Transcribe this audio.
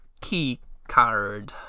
keycard